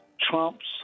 trumps